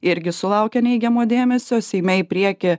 irgi sulaukė neigiamo dėmesio seime į priekį